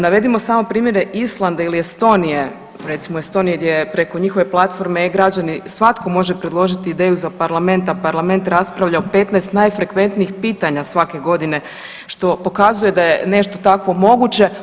Navedimo samo primjere Islanda ili Estonije, recimo Estonije gdje je preko njihove platforme e-građani svatko može predložiti ideju za parlament, a parlament raspravlja o 15 najfrekventnijih pitanja svake godine što pokazuje da je nešto takvo moguće.